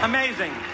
Amazing